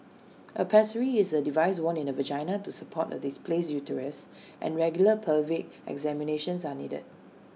A pessary is A device worn in the vagina to support A displaced uterus and regular pelvic examinations are needed